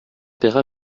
paiera